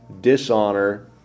dishonor